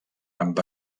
amb